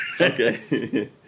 okay